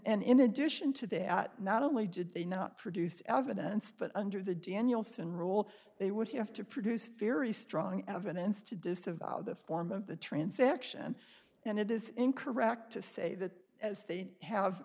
in addition to that not only did they not produce evidence but under the danielson rule they would have to produce very strong evidence to disavow the form of the transaction and it is incorrect to say that as they have